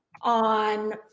on